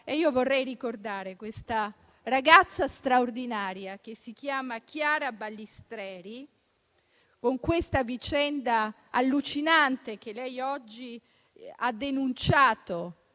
vorrei ricordare una ragazza straordinaria, che si chiama Chiara Balistreri, e la sua vicenda allucinante, che oggi ha denunciato